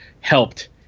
helped